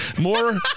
More